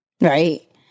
right